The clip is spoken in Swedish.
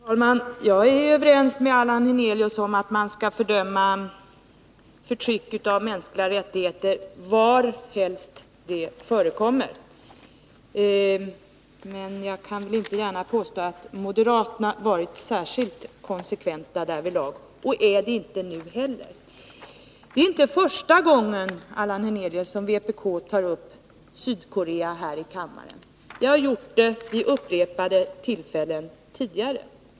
Herr talman! Jag är överens med Allan Hernelius om att man bör fördöma förtryck av de mänskliga rättigheterna varhelst de än förekommer. Men jag kan väl inte gärna påstå att moderaterna varit särskilt konsekventa därvidlag, och de är det inte nu heller. Det är inte första gången, Allan Hernelius, som vpk tar upp Sydkorea här i kammaren. Vi har gjort det vid upprepade tillfällen tidigare.